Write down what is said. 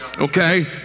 okay